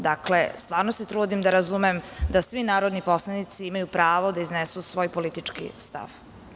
Dakle, stvarno se trudim da razumem da svi narodni poslanici imaju pravo da iznesu svoj politički stav.